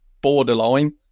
borderline